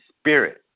spirit